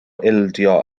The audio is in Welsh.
ildio